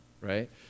right